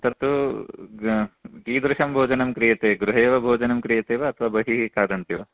तत् कीदृशं भोजनं क्रियते गृहे एव भोजनं क्रियते वा अथवा बहिः खादन्ति वा